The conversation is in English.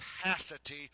capacity